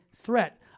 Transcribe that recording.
threat